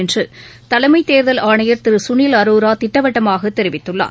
என்று தலைமை தேர்தல் ஆணையர் திரு சுனில் அரோரா திட்டவட்டமாக தெரிவித்துள்ளார்